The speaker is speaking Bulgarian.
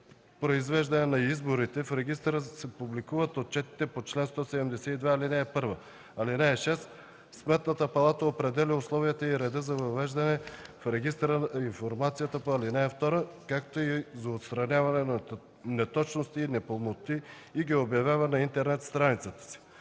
произвеждане на изборите в регистъра се публикуват отчетите по чл. 172, ал. 1. (6) Сметната палата определя условията и реда за въвеждане в регистъра на информацията по ал. 2, както и за отстраняване на неточности и непълноти и ги обявява на интернет страницата си.”